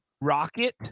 Rocket